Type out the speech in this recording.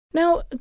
Now